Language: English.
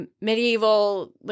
medieval